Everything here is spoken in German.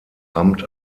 amt